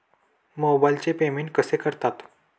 मोबाइलचे पेमेंट कसे करतात?